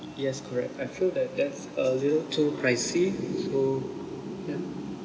yes correct I feel that that's a little too pricy so ya